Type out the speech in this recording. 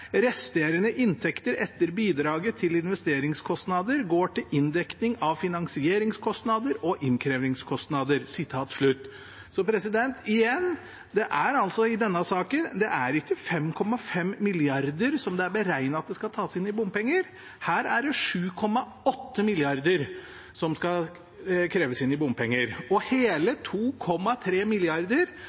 «Resterende inntekter etter bidraget til investeringskostnader går til inndekning av finansieringskostnader og innkrevingskostnader.» Så igjen: Det er ikke 5,5 mrd. kr som det er beregnet skal tas inn i bompenger. Her er det 7,8 mrd. kr som skal kreves inn i bompenger, og hele 2,3